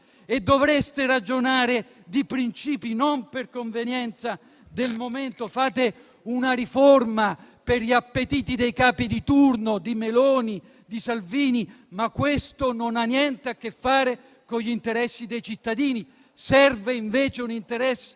dovreste ragionare di princìpi, non per convenienza del momento. Fate una riforma per gli appetiti dei capi di turno, di Meloni, di Salvini, ma questo non ha niente a che fare con gli interessi dei cittadini. Serve invece una riforma